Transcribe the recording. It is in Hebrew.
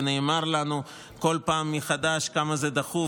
ונאמר לנו בכל פעם מחדש כמה זה דחוף,